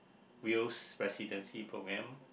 Wales residency program